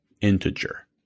integer